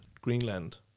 Greenland